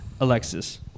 Alexis